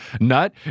nut